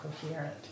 coherent